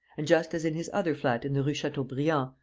and, just as in his other flat in the rue chateaubriand,